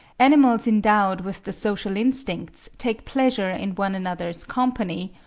animals endowed with the social instincts take pleasure in one another's company,